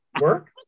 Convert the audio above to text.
work